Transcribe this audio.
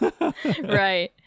right